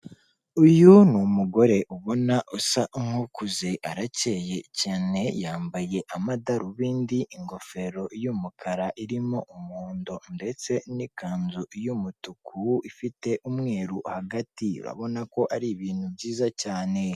Uyu ni umugore ubona usa nkukuze arakeye cyane yambaye amadarubindi ingofero y'umukara irimo umuhondo ndetse n,ikanzu y'umutuku ifite umweru hagati urabona ko ari ibintu byiza cyane.